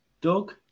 Doug